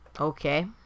Okay